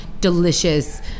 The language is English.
delicious